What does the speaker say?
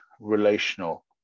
relational